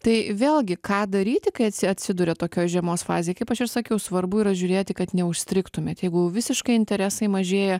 tai vėlgi ką daryti kai atsi atsiduria tokios žiemos fazėj kaip aš ir sakiau svarbu yra žiūrėti kad neužstrigtumėt jeigu jau visiškai interesai mažėja